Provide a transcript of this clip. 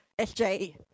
SJ